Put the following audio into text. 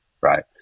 right